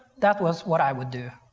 that was what i would do,